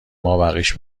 مابقیش